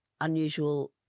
unusual